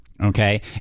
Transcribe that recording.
Okay